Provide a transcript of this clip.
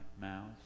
mouth